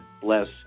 bless